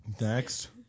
next